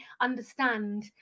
understand